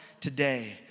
today